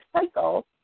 cycle